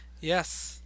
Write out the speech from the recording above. Yes